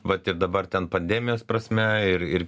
vat ir dabar ten pandemijos prasme ir ir